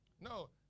No